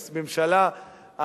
לממשלה,